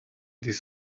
this